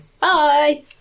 Bye